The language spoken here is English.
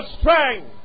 strength